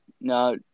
no